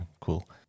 cool